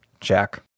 check